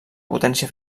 potència